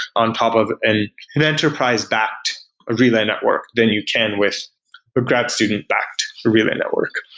on top of and an enterprise-backed relay network than you can with a grad student-backed relay network